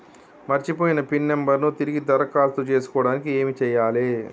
మర్చిపోయిన PIN number ను తిరిగి దరఖాస్తు చేసుకోవడానికి ఏమి చేయాలే?